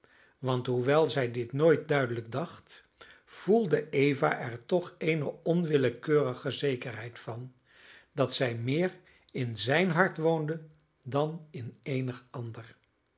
want hoewel zij dit nooit duidelijk dacht voelde eva er toch eene onwillekeurige zekerheid van dat zij meer in zijn hart woonde dan in eenig ander